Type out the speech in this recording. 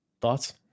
thoughts